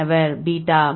மாணவர் பீட்டா